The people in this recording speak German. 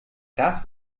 das